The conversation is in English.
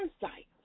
insight